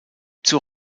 zur